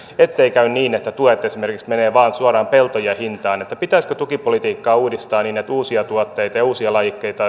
ettei käy niin että tuet esimerkiksi menevät vain suoraan peltojen hintaan pitäisikö tukipolitiikkaa uudistaa niin että olisi kannattavampaa viljellä uusia tuotteita ja uusia lajikkeita